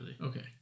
Okay